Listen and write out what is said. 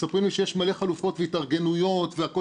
מספרים לי שיש מלא חלופות והתארגנויות והכל